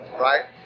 right